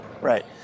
Right